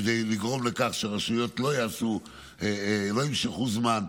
כדי לגרום לכך שרשויות לא יעשו ולא ימשכו זמן,